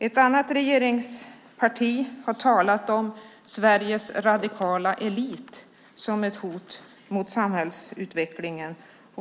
Ett annat regeringsparti har talat om Sveriges radikala elit som ett hot mot samhällsutvecklingen.